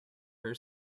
her